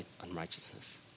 unrighteousness